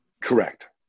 Correct